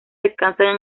descansan